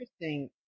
interesting